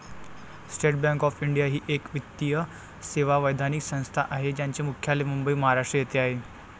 state Bank of India ही एक वित्तीय सेवा वैधानिक संस्था आहे ज्याचे मुख्यालय मुंबई, महाराष्ट्र येथे आहे